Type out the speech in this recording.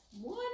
One